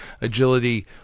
agility